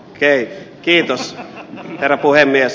okei kiitos herra puhemies